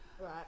Right